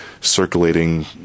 circulating